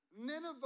Nineveh